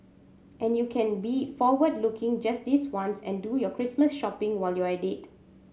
and you can be forward looking just this once and do your Christmas shopping while you're at it